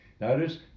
Notice